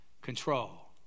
control